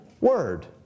Word